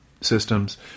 systems